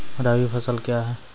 रबी फसल क्या हैं?